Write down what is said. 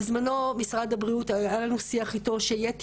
בזמנו היה לנו שיח עם משרד הבריאות לגבי